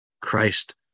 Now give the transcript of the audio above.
christ